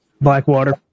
Blackwater